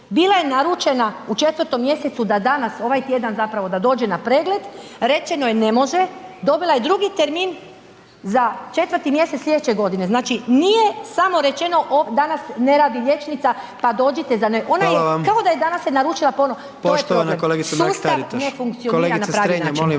bila je naručena u 4. mjesecu da danas, ovaj tjedan zapravo da dođe na pregled, rečeno je ne može, dobila je drugi termin za 4. mjesec slijedeće godine, znači nije samo rečeno danas ne radi liječnica, pa dođite za …/Upadica: Hvala vam/…ona je, kao da je danas se naručila ponovo …/Upadica: Poštovana kolegica Mrak